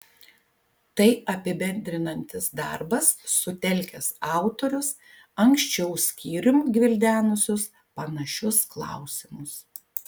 tai apibendrinantis darbas sutelkęs autorius anksčiau skyrium gvildenusius panašius klausimus